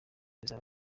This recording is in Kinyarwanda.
rizaba